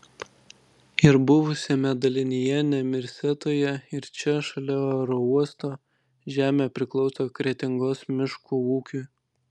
ir buvusiame dalinyje nemirsetoje ir čia šalia aerouosto žemė priklauso kretingos miškų ūkiui